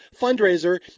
fundraiser